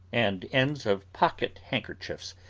and ends of pocket handkerchiefs,